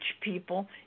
people